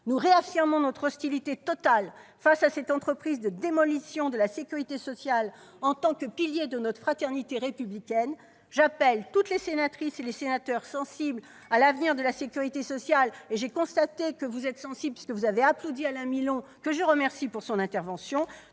Nous réaffirmons notre hostilité totale face à cette entreprise de démolition de la sécurité sociale en tant que pilier de notre fraternité républicaine. J'appelle toutes les sénatrices et les sénateurs sensibles à l'avenir de la sécurité sociale- j'ai constaté que vous y êtes sensibles, puisque vous avez applaudi Alain Milon, dont je salue l'intervention